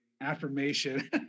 affirmation